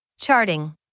Charting